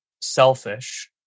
selfish